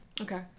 Okay